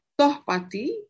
Tohpati